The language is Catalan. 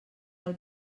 del